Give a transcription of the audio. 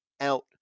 out